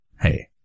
Hey